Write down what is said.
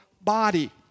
body